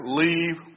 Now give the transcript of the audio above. leave